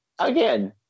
Again